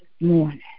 morning